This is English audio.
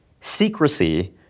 secrecy